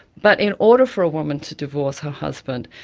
but in order for a woman to divorce her husband,